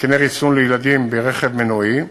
התקני ריסון לילדים ברכב מנועי,